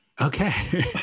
Okay